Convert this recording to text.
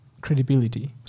Credibility